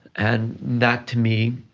and that, to me,